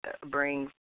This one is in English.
brings